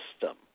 system